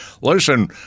listen